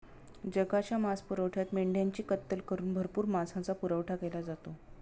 जगाच्या मांसपुरवठ्यात मेंढ्यांची कत्तल करून भरपूर मांसाचा पुरवठा केला जातो